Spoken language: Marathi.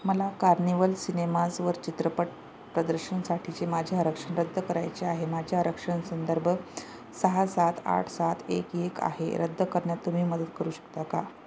मला कार्निवल सिनेमाजवर चित्रपट प्रदर्शनसाठीचे माझ्या आरक्षण रद्द करायचे आहे माझ्या आरक्षण संदर्भ सहा सात आठ सात एक एक आहे रद्द करण्यात तुम्ही मदत करू शकता का